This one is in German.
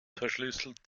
verschlüsselt